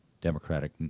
Democratic